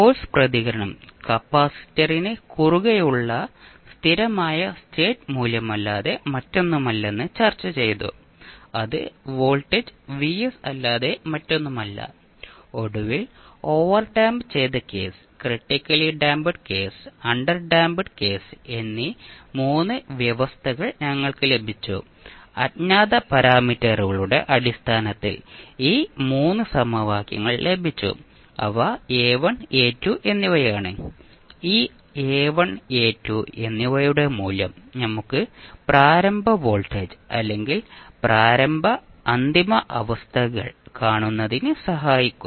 force പ്രതികരണം കപ്പാസിറ്ററിന് കുറുകെയുള്ള സ്ഥിരമായ സ്റ്റേറ്റ് മൂല്യമല്ലാതെ മറ്റൊന്നുമല്ലെന്ന് ചർച്ചചെയ്തു അത് വോൾട്ടേജ് Vs അല്ലാതെ മറ്റൊന്നുമല്ല ഒടുവിൽ ഓവർഡാമ്പ് ചെയ്ത case critically damped case underdamped case എന്നീ 3 വ്യവസ്ഥകൾ ഞങ്ങൾക്ക് ലഭിച്ചു അജ്ഞാത പാരാമീറ്ററുകളുടെ അടിസ്ഥാനത്തിൽ ഈ 3 സമവാക്യങ്ങൾ ലഭിച്ചു അവ A1 A2 എന്നിവയാണ് ഈ A1 A2 എന്നിവയുടെ മൂല്യം നമുക്ക് പ്രാരംഭ വോൾട്ടേജ് അല്ലെങ്കിൽ പ്രാരംഭ അന്തിമ അവസ്ഥകൾ കാണുന്നതിന് സഹായിക്കും